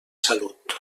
salut